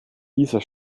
dieser